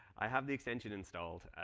i have the extension installed,